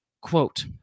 quote